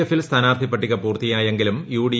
എഫിൽ സ്ഥാനാർത്ഥി പട്ടിക പൂർത്തിയായെങ്കിലും യൂ്ഡി